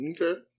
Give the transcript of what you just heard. Okay